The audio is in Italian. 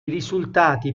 risultati